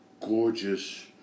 gorgeous